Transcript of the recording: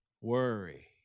worry